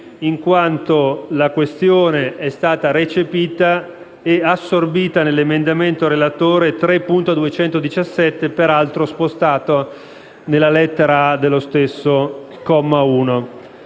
in quanto la questione è stata recepita e assorbita nell'emendamento del relatore 3.217, peraltro spostato nella lettera *a)* dello stesso comma 1.